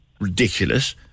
ridiculous